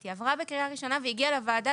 היא עברה בקריאה ראשונה והגיעה לוועדה.